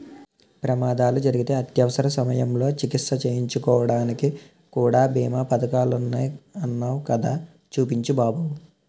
ప్రమాదాలు జరిగితే అత్యవసర సమయంలో చికిత్స చేయించుకోడానికి కూడా బీమా పదకాలున్నాయ్ అన్నావ్ కదా చూపించు బాబు